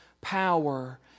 power